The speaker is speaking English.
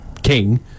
king